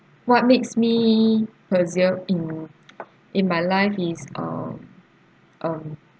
what makes me persevere in in my life is ah um